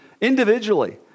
individually